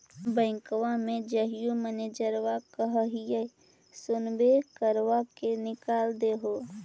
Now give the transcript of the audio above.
बैंकवा मे जाहिऐ मैनेजरवा कहहिऐ सैनवो करवा के निकाल देहै?